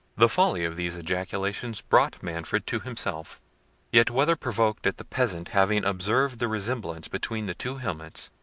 the folly of these ejaculations brought manfred to himself yet whether provoked at the peasant having observed the resemblance between the two helmets,